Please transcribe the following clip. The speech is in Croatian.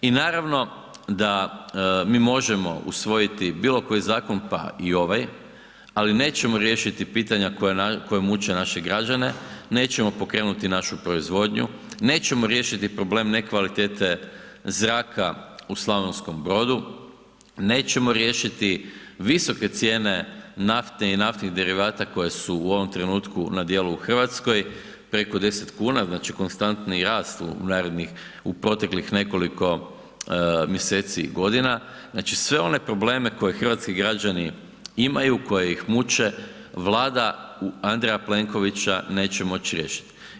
I naravno da mi možemo usvojiti bilo koji zakon, pa i ovaj, ali nećemo riješiti pitanja koja muče naše građane, nećemo pokrenuti našu proizvodnju, nećemo riješiti problem nekvalitete zraka u Slavonskom Brodu, nećemo riješiti visoke cijene nafte i naftnih derivata koje su u ovom trenutku na dijelu u RH, preko 10,00 kn, znači, konstantni rast u narednih, u proteklih nekoliko mjeseci i godina, znači, sve one probleme koje hrvatski građani imaju, koji ih muče, Vlada Andreja Plenkovića neće moć riješit.